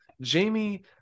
Jamie